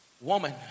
woman